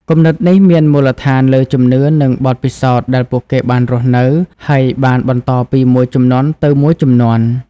គំនិតនេះមានមូលដ្ឋានលើជំនឿនិងបទពិសោធន៍ដែលពួកគេបានរស់នៅ ហើយបានបន្តពីមួយជំនាន់ទៅមួយជំនាន់។